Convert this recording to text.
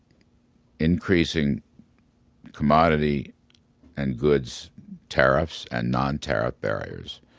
increasing commodity and goods tariffs and non-tariff barriers,